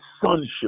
sonship